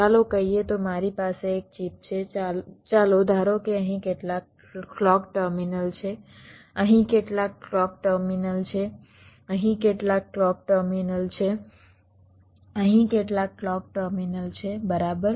ચાલો કહીએ તો મારી પાસે એક ચિપ છે ચાલો ધારો કે અહીં કેટલાક ક્લૉક ટર્મિનલ છે અહીં કેટલાક ક્લૉક ટર્મિનલ છે અહીં કેટલાક ક્લૉક ટર્મિનલ છે અહીં કેટલાક ક્લૉક ટર્મિનલ છે બરાબર